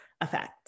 effect